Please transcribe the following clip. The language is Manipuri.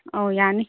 ꯑꯧ ꯌꯥꯅꯤ